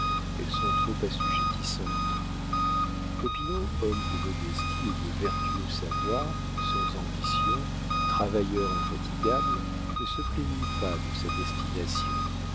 elles sont trop assujettissantes popinot homme de modestie et de vertueux savoir sans ambition travailleur infatigable ne se plaignit pas de sa destination